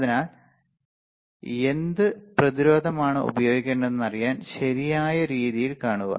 അതിനാൽ എന്ത് പ്രതിരോധമാണ് ഉപയോഗിക്കേണ്ടതെന്ന് അറിയാൻ ശരിയായ രീതിയിൽ കാണുക